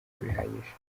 bihagije